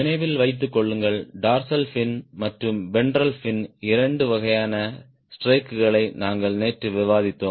நினைவில் வைத்து கொள்ளுங்கள் டார்சல் ஃபின் மற்றும் வென்ட்ரல் ஃபின் இரண்டு வகையான ஸ்ட்ரேக்குகளை நாங்கள் நேற்று விவாதித்தோம்